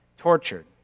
tortured